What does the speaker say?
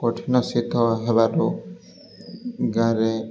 କଠିନ ଶୀତ ହେବାରୁ ଗାଁରେ